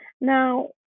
Now